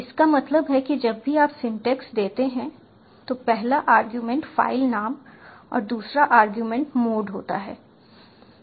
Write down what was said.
इसका मतलब है कि जब भी आप सिंटेक्स देते हैं तो पहला आर्गुमेंट फ़ाइल नाम और दूसरा आर्गुमेंट मोड होता है